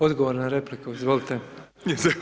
Odgovor na repliku, izvolite.